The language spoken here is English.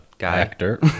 actor